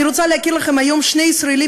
אני רוצה להכיר לכם היום שני ישראלים